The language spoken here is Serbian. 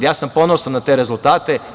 Ja sam ponosan na te rezultate.